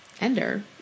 Ender